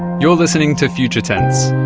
you're listening to future tense,